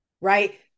Right